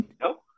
No